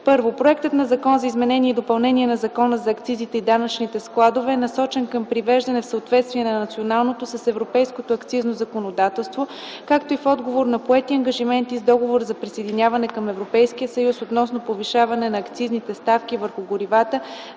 I. Проектът на Закон за изменение и допълнение на Закона за акцизите и данъчните складове е насочен към привеждане в съответствие на националното с европейското акцизно законодателство, както и в отговор на поети ангажименти с Договора за присъединяване към Европейския съюз относно повишаване на акцизните ставки върху горивата